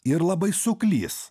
ir labai suklys